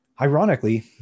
Ironically